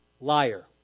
Liar